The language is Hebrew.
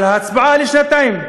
אבל ההצבעה היא לשנתיים,